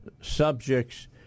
subjects